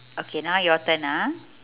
okay now your turn ah